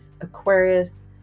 Aquarius